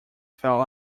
fell